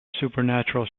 supernatural